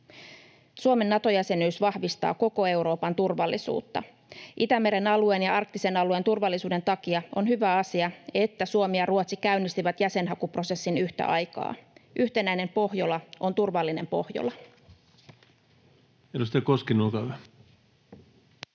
Suomen Nato-jäsenyys vahvistaa koko Euroopan turvallisuutta. Itämeren alueen ja arktisen alueen turvallisuuden takia on hyvä asia, että Suomi ja Ruotsi käynnistivät jäsenhakuprosessin yhtä aikaa. Yhtenäinen Pohjola on turvallinen Pohjola.